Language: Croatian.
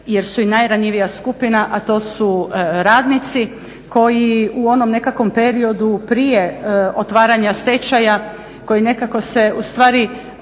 jer su i najranjivija skupina a to su radnici koji u onom nekakvom periodu prije otvaranja stečaja koji nekako se ustvari